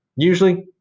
Usually